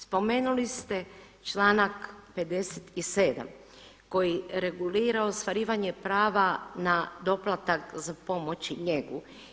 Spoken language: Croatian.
Spomenuli ste članak 57. koji regulira ostvarivanje prava na doplatak za pomoć i njegu.